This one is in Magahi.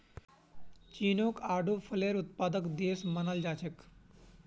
चीनक आडू फलेर प्रमुख उत्पादक देश मानाल जा छेक